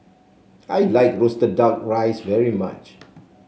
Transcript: I like roasted duck rice very much